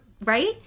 right